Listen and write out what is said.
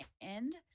end